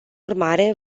urmare